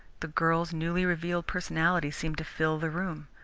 the girl's newly-revealed personality seemed to fill the room.